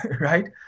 Right